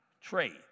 trade